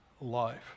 life